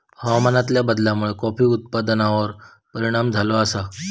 हवामानातल्या बदलामुळे कॉफी उत्पादनार परिणाम झालो आसा